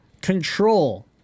control